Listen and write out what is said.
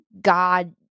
god